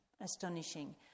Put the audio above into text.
astonishing